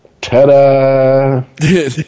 Ta-da